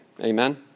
Amen